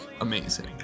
amazing